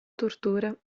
tortura